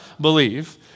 believe